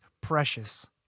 Precious